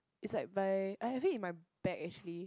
its like by I have it in my bag actually